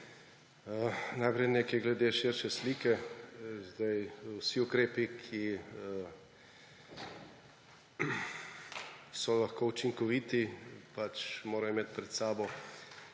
Najprej nekaj glede širše slike. Vsi ukrepi, ki so lahko učinkoviti, morajo imeti v času,